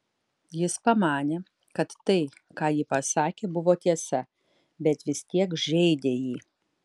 jis pamanė kad tai ką ji pasakė buvo tiesa bet vis tiek žeidė jį